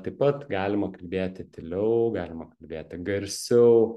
taip pat galima kalbėti tyliau galima kalbėti garsiau